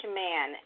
man